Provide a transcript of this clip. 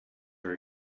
are